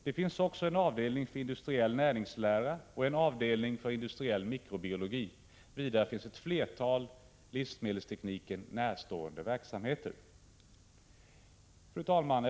Det finns också en avdelning för industriell näringslära och en avdelning för industriell mikrobiologi. Vidare finns ett flertal livsmedelstekniken närstående verksamheter. Fru talman!